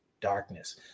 darkness